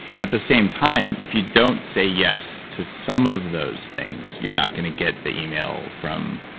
at the same time, if you don't say yes to some of those things, you're not going to get the email from